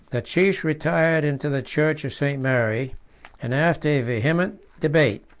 the chiefs retired into the church of st. mary and after a vehement debate,